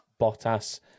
Bottas